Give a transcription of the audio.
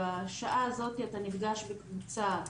בשעה הזאת אתה נפגש בקבוצת